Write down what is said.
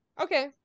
Okay